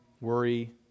worry